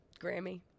Grammy